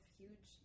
huge